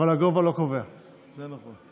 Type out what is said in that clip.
עד הרגע האחרון האמין שאתם תצליחו, והפסדתם.